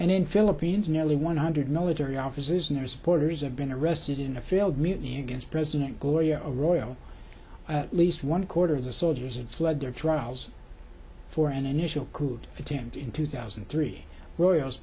and in philippines nearly one hundred military officers and their supporters have been arrested in a failed mutiny against president gloria arroyo at least one quarter of the soldiers it fled their trials for an initial cooed attempt in two thousand and three royals